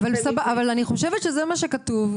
אני חושבת שזה מה שכתוב,